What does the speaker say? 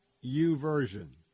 U-Version